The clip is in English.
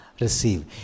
receive